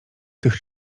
tych